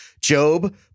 Job